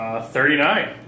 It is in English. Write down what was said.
thirty-nine